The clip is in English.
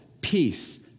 peace